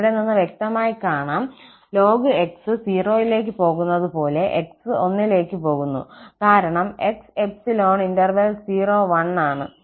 ഇവിടെ നിന്ന് വ്യക്തമായി കാണാം lnx 0 ലേക്ക് പോകുന്നത് പോലെ 𝑥 1 ലേക്ക് പോകുന്നു കാരണം 𝑥∈01 ആണ്